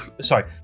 sorry